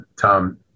Tom